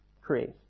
create